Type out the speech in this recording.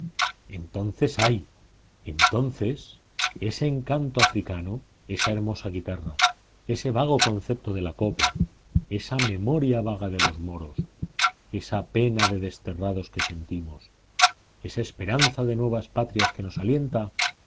entonces ay entonces ese encanto africano esa misteriosa guitarra ese vago concepto de la copla esa memoria vaga de los moros esa pena de desterrados que sentimos esa esperanza de nuevas patrias que nos alienta